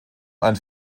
ein